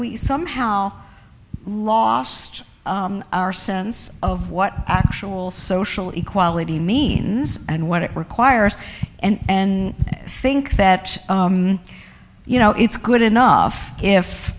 we somehow lost our sense of what actual social equality means and what it requires and and i think that you know it's good enough if